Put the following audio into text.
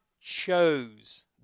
chose